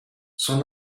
son